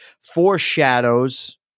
foreshadows